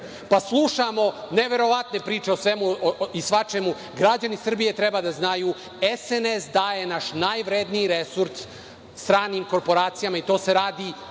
Pa, slušamo neverovatne priče o svemu i svačemu, građani Srbije treba da znaju, SNS daje naš najvredniji resurs stranim korporacijama i to se radi